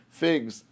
figs